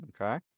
okay